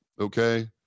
okay